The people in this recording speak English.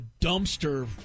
dumpster